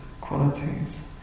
qualities